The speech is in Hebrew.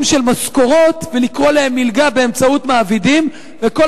של משכורות באמצעות מעבידים ולקרוא להן מלגות,